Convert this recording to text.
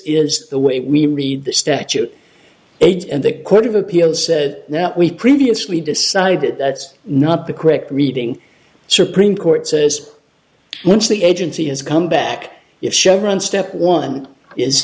is the way we read the statute eight and the court of appeals said now we previously decided that's not the correct reading supreme court says what's the agency has come back if chevron step one is